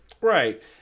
right